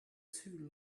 too